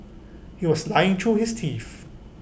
he was lying through his teeth